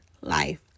life